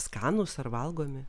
skanūs ar valgomi